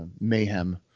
mayhem